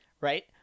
Right